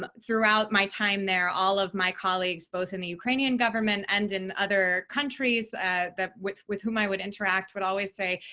um throughout my time there, all of my colleagues, both in the ukrainian government and in other countries with with whom i would interact, would always say,